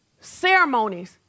Ceremonies